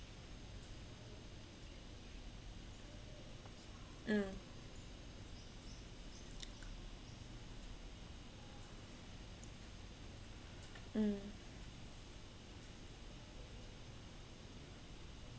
mm mm